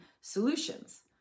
solutions